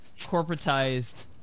corporatized